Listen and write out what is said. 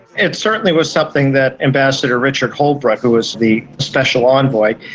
it certainly was something that ambassador richard holbrooke, who was the special envoy,